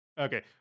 okay